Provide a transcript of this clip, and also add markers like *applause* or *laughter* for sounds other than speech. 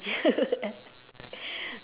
*laughs*